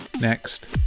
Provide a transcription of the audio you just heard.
Next